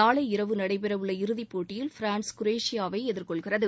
நாளை இரவு நடைபெறவுள்ள இறுதிப்போட்டியில் பிரான்ஸ் குரோஷியாவைஎதிர்கொள்கிறது